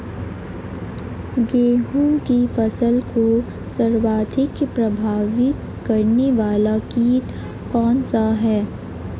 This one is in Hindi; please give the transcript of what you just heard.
गेहूँ की फसल को सर्वाधिक प्रभावित करने वाला कीट कौनसा है?